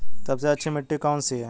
सबसे अच्छी मिट्टी कौन सी है?